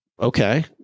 okay